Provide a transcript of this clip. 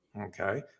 Okay